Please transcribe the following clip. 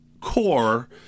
Core